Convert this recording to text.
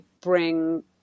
bring